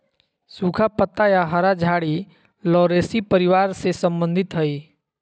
सुखा पत्ता या हरा झाड़ी लॉरेशी परिवार से संबंधित हइ